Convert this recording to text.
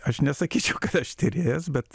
aš nesakyčiau kad aš tyrėjas bet